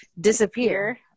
disappear